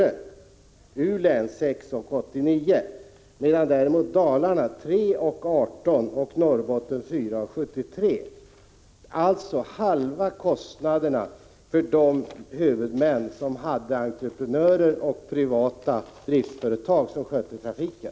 och i U-län 6:89 kr., medan underskottet per vagnkilometer i Dalarna var 3:18 kr. och i Norrbotten 4:73 kr. Kostnaderna var alltså hälften så stora för de huvudmän som hade entreprenörer och privata driftföretag som skötte trafiken.